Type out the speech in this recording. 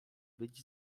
być